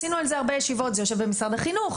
זה יושב במשרד החינוך,